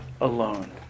alone